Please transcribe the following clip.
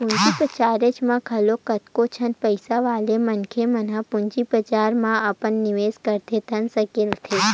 पूंजी बजारेच म घलो कतको झन पइसा वाले मनखे मन ह पूंजी बजार म अपन निवेस करके धन सकेलथे